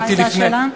מה הייתה השאלה?